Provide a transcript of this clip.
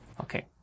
Okay